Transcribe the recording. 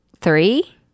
three